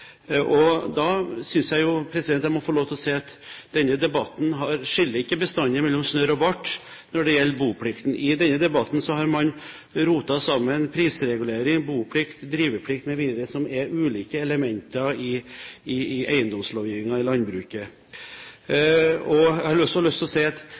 ønsker. Da synes jeg jo at jeg må få lov til å si at denne debatten skiller ikke bestandig mellom snørr og bart når det gjelder boplikten. I denne debatten har man rotet sammen prisregulering, boplikt, driveplikt mv., som er ulike elementer i eiendomslovgivningen i landbruket. Jeg har også lyst til å si at